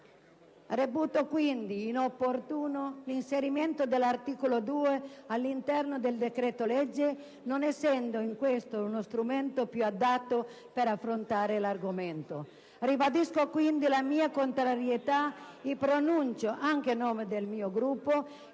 Reputo quindi inopportuno l'inserimento dell'articolo 2 all'interno del decreto-legge, non essendo questo lo strumento più adatto per affrontare l'argomento. Ribadisco quindi la mia contrarietà e preannuncio, anche a nome del mio Gruppo,